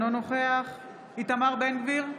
אינו נוכח איתמר בן גביר,